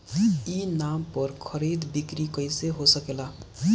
ई नाम पर खरीद बिक्री कैसे हो सकेला?